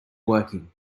working